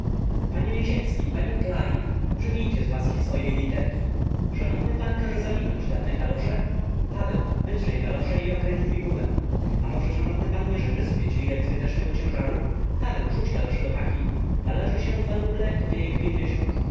panie lisiecki panie klejn przybijcie z łaski swojej literki szanowny pan każe zawinąć dawne kalosze paweł wytrzyj kalosze i okręć w bibułę a może szanowny pan nie życzy sobie dźwigać zbytecznego ciężaru paweł rzuć kalosze do paki należy się dwa ruble kopiejek pięćdziesiąt